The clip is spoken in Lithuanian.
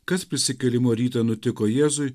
kas prisikėlimo rytą nutiko jėzui